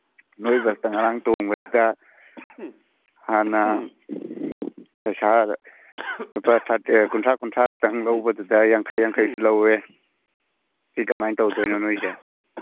ꯅꯣꯏ ꯕꯁꯇ ꯉꯔꯥꯡ ꯇꯣꯡꯕꯁꯤꯗ ꯍꯥꯟꯅ ꯄꯩꯁꯥ ꯂꯨꯄꯥ ꯀꯨꯟꯊ꯭ꯔꯥ ꯀꯨꯟꯊ꯭ꯔꯥ ꯈꯛꯇꯪ ꯂꯧꯕꯗꯨꯗ ꯌꯥꯡꯈꯩ ꯌꯥꯡꯈꯩꯁꯨ ꯂꯧꯋꯦ ꯁꯤ ꯀꯃꯥꯏꯅ ꯇꯧꯗꯣꯏꯅꯣ ꯅꯣꯏꯒꯤꯁꯦ